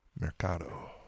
mercado